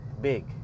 big